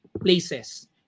places